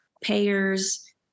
payers